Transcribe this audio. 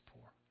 poor